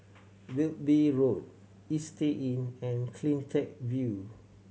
Wilby Road Istay Inn and Cleantech View